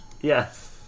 Yes